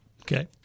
okay